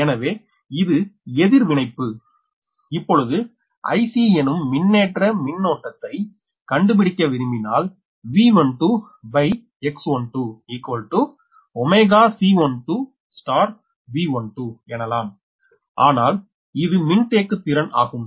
எனவே இது எதிர்வினைப்பு இப்பொழுதுI c எனும் மின்னேற்ற மின்னோட்டத்தை கண்டுபிடிக்க விரும்பினால் V12your X12 your C12V12எனலாம் ஆனால் இது மின்தேக்குத் திறன் ஆகும்